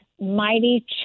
mighty